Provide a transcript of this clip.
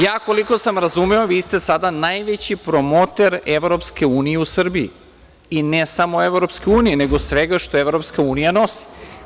Ja koliko sam razumeo vi ste sad najveći promoter EU u Srbiji i ne samo EU, nego svega što EU nosi.